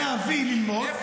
להבין וללמוד --- דבר על הגיוס.